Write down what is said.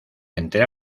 entre